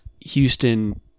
Houston